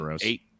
eight